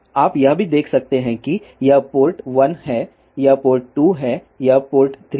आप यह भी देख सकते हैं कि यह पोर्ट 1 है यह पोर्ट 2 है यह पोर्ट 3 है